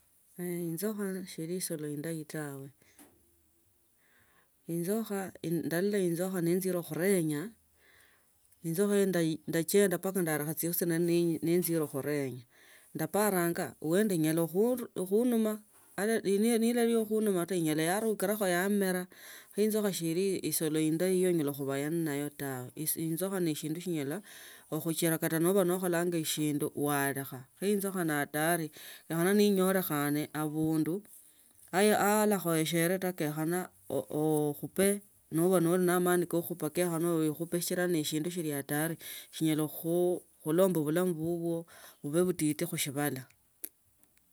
i nzokha sheli isolo indayi tawe. Inzokha indal, ndolola inzokha nenzire khurenya, inzokha ndai, ndachenda mpaka ndarakha tsyasi tsya nali nenzire khurenya. Ndaparanga, huenda khuru, khunuma ata nilali yo hunuma ta, inyola yarukirakho yamira. Kho inzukha sheli isolo inday yonyela khuvaya nayo ta. Inzukha ne shinde shinyela okhuchira kata nova nakholanga eshindu walekha kha inzukha ni hatari. Ne khone ninyolekhane avundu aai, alakhoyeshere ta, kenyakhana co, okhupe nova noli na mani kokhupa kenyakhana oikhupe shichira ne shindu skuli hatari. Shinyela khu khulomba vulamu vulamu vuvwo vuve vutiti khushivala.